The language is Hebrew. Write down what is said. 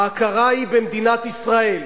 ההכרה היא במדינת ישראל,